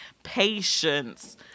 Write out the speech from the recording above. Patience